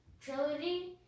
trilogy